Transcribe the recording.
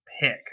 pick